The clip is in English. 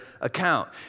account